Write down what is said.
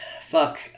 Fuck